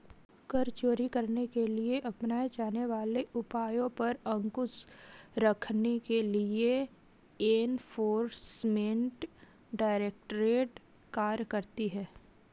कर चोरी करने के लिए अपनाए जाने वाले उपायों पर अंकुश रखने के लिए एनफोर्समेंट डायरेक्टरेट कार्य करती है